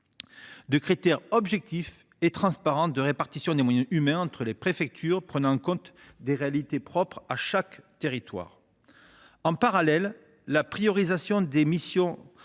des critères objectifs et transparents de répartition des moyens humains entre les préfectures, prenant en compte les réalités propres à chaque territoire. En parallèle, la priorisation des missions